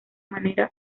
manera